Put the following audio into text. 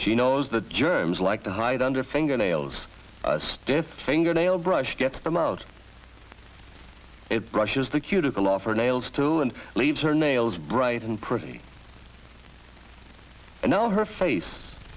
she knows the germs like to hide under fingernails stiff fingernail brush get them out it brushes the cuticle off her nails too and leave her nails bright and pretty and now her face